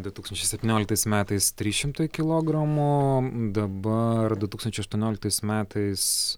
du tūkstančiai septynioliktais metais trys šimtai kilogramų dabar du tūkstančiai aštuonioliktais metais